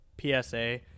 PSA